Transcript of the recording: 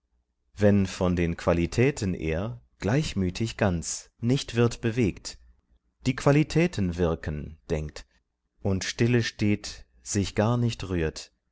wenn von den qualitäten er gleichmütig ganz nicht wird bewegt die qualitäten wirken denkt und stille steht sich gar nicht rührt